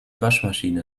waschmaschine